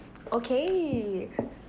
okay